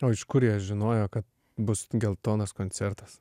o iš kur jie žinojo kad bus geltonas koncertas